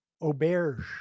Auberge